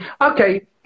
Okay